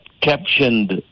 captioned